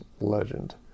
legend